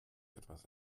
etwas